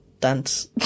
dance